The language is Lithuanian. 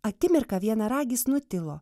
akimirką vienaragis nutilo